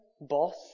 boss